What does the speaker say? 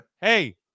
hey